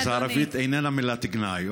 אוקיי, אז ערבית איננה מילת גנאי.